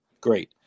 Great